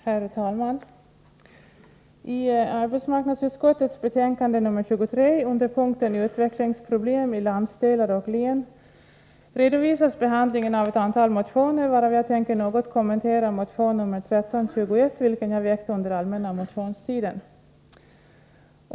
Herr talman! I arbetsmarknadsutskottets betänkande nr 23 redovisas under rubriken ”Utvecklingsproblem i landsdelar och län” behandlingen av ett antal motioner, varav jag tänker något kommentera motion nr 1321, vilken jag väckt under allmänna motionstiden.